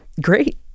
Great